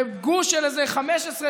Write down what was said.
וגוש של איזה 15,